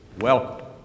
welcome